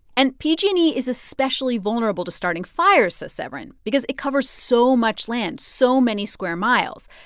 and pg and e is especially vulnerable to starting fires, says severin, because it covers so much land, so many square miles,